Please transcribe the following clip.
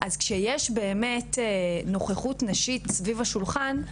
אז כשיש נוכחות נשית סביב השולחן,